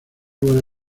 buena